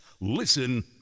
Listen